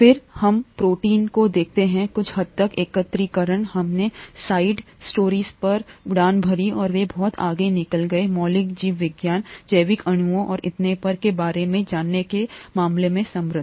फिर हम प्रोटीन को देखते हैं कुछ हद तक एकत्रीकरण हमने साइड रूट्स पर उड़ान भरी और वे बहुत आगे निकल गए मौलिक जीव विज्ञान जैविक अणुओं और इतने पर के बारे में जानने के मामले में समृद्ध